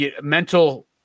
mental